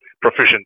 proficient